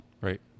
Right